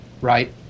right